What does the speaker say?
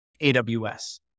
AWS